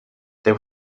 there